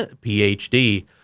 Ph.D